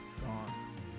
Gone